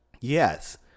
Yes